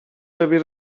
tobie